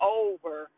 over